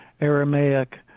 Aramaic